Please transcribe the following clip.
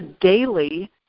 daily